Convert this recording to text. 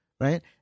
right